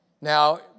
Now